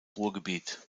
ruhrgebiet